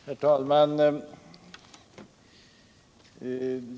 Herr talman!